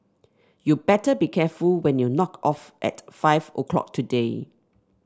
you better be careful when you knock off at five o'clock today